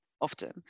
often